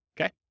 Okay